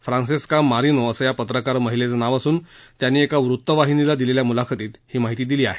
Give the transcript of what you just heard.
Francesca Marino असं या पत्रकार महिलेचं नाव असून त्यांनी एका वृतवाहिनीला दिलेल्या मुलाखतीमधे ही माहिती दिली आहे